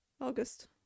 August